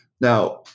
Now